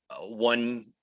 one